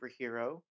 superhero